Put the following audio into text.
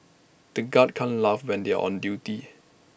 the guards can't laugh when they are on duty